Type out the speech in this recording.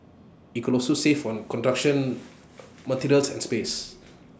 IT could also save on construction materials and space